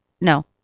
No